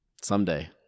someday